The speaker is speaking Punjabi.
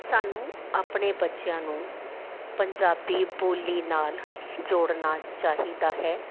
ਸਾਨੂੰ ਆਪਣੇ ਬੱਚਿਆਂ ਨੂੰ ਪੰਜਾਬੀ ਬੋਲੀ ਨਾਲ਼ ਜੋੜਨਾ ਚਾਹੀਦਾ ਹੈ